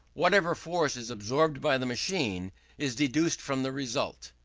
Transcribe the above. whatever force is absorbed by the machine is deducted from the result.